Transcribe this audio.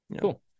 cool